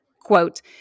quote